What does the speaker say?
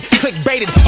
click-baited